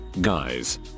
Guys